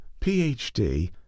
PhD